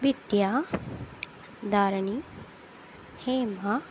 Vidya Dharani Hema